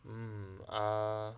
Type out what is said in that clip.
mm err